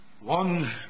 One